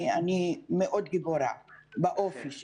אני מאוד גיבורה באופי שלי.